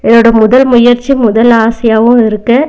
என்னோடய முதல் முயற்சி முதல் ஆசையாகவும் இருக்குது